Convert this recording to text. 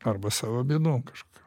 arba savo bėdom kažkokiom